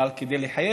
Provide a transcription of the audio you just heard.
בכלל חוק כדי לחייב.